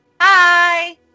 Hi